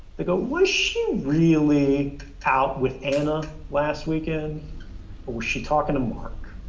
they go, was she really out with anna last weekend, or was she talking to mark?